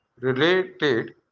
related